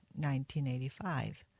1985